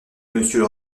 monsieur